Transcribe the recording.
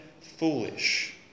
foolish